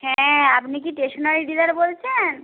হ্যাঁ আপনি কি স্টেশনারি ডিলার বলছেন